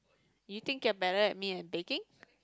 you think you're better at me at baking